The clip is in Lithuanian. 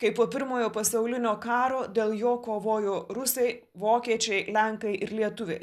kai po pirmojo pasaulinio karo dėl jo kovojo rusai vokiečiai lenkai ir lietuviai